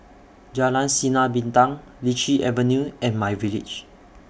Jalan Sinar Bintang Lichi Avenue and MyVillage